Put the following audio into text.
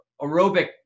aerobic